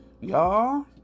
y'all